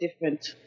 different